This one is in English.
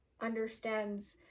understands